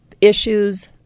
issues